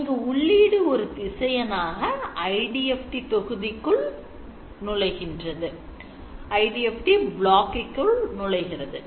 இங்கு உள்ளீடு ஓர் திசையன் ஆக IDFT தொகுதிக்குள் நுழைகின்றது